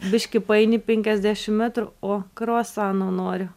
biškį paeini penkiasdešim metrų o kruasano noriu